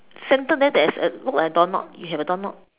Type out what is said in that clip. center there there is a look like a door knob you have a door knob